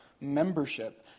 membership